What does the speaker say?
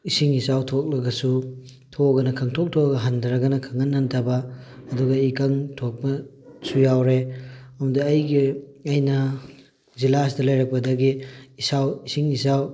ꯏꯁꯤꯡ ꯏꯆꯥꯎ ꯊꯣꯛꯂꯒꯁꯨ ꯊꯣꯛꯑꯒꯅ ꯈꯪꯊꯣꯛ ꯊꯣꯛꯑꯒ ꯍꯟꯊꯔꯒꯅ ꯈꯪꯍꯟ ꯍꯟꯊꯕ ꯑꯗꯨꯒ ꯏꯀꯪ ꯊꯣꯛꯄꯁꯨ ꯌꯥꯎꯔꯦ ꯑꯃꯗꯤ ꯑꯩꯒꯤ ꯑꯩꯅ ꯖꯤꯂꯥ ꯑꯁꯤꯗ ꯂꯩꯔꯛꯄꯗꯒꯤ ꯏꯆꯥꯎ ꯏꯁꯤꯡ ꯏꯆꯥꯎ